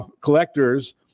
Collectors